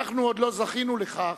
אנחנו עוד לא זכינו לכך,